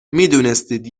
میدونستید